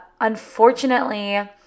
Unfortunately